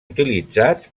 utilitzats